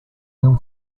mill